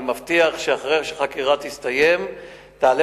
אני מבטיח שאחרי שהחקירה תסתיים תעלה